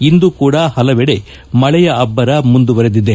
ಇಂದು ಕೂಡ ಪಲವೆಡೆ ಮಳೆಯ ಅಬ್ಬರ ಮುಂದುವರಿದಿದೆ